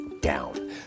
down